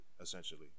essentially